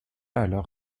alors